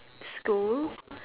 school